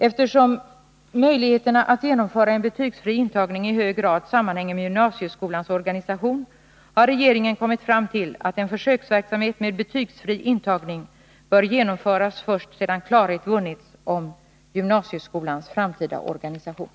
Eftersom möjligheterna att genomföra en betygsfri intagning i hög grad sammanhänger med gymnasieskolans organisation har regeringen kommit fram till att en försöksverksamhet med betygsfri intagning bör genomföras först sedan klarhet vunnits om gymnasieskolans framtida organisation.